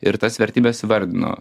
ir tas vertybes įvardino